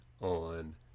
on